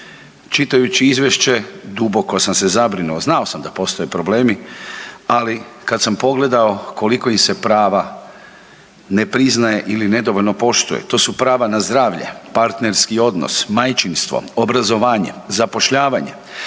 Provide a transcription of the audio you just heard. Čitajući izvješće duboko sam se zabrinuo, znao sam da postoje problemi, ali kad sam pogledao koliko im se prava ne priznaje ili nedovoljno poštuje, to su prava na zdravlje, partnerski odnos, majčinstvo, obrazovanje, zapošljavanje